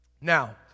now